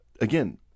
again